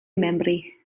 membri